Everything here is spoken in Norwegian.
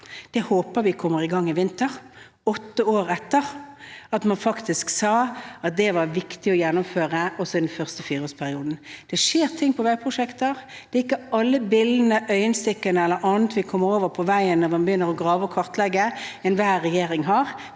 Jeg håper vi kommer i gang i vinter – åtte år etter at man faktisk sa at dette var viktig å gjennomføre, også i den første fireårsperioden. Det skjer ting på veiprosjekter. Det gjelder ikke alle billene, øyenstikkerne eller annet vi kommer over når man begynner å grave og kartlegge ny vei, som enhver regjering har